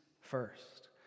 first